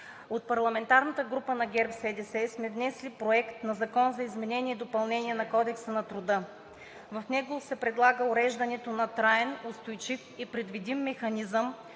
От парламентарната група на ГЕРБ-СДС сме внесли Проект на закон за изменение и допълнение на Кодекса на труда. В него се предлага уреждането на траен, устойчив и предвидим механизъм